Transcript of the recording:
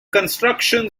construction